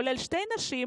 ובהם שתי נשים,